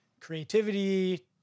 creativity